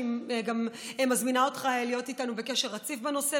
אני גם מזמינה אותך להיות איתנו בקשר רציף בנושא,